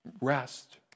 Rest